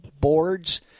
boards